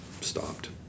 stopped